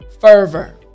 fervor